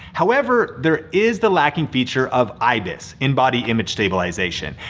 however, there is the lacking feature of ibis, in body image stabilization.